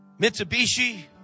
Mitsubishi